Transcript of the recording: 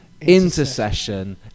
intercession